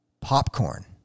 popcorn